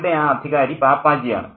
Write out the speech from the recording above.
ഇവിടെ ആ അധികാരി പാപ്പാജിയാണ്